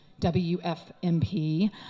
WFMP